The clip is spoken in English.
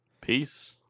Peace